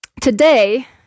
today